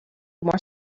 more